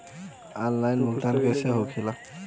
Online भुगतान कैसे होए ला?